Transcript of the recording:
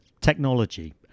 technology